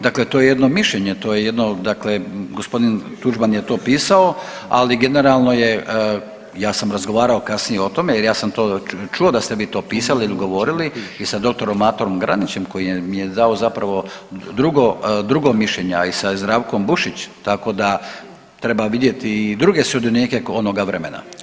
Dakle, to je jedno mišljenje, to je jedno dakle gospodin Tuđman je to pisao, ali generalno je, ja sam razgovarao kasnije o tome jer ja sam to čuo da ste vi to pisali ili govorili i sa doktorom Matom Granićem koji mi je dao zapravo drugo, drugo mišljenje, a i sa Zdravkom Bušić tako da treba vidjeti i druge sudionike onoga vremena.